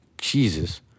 Jesus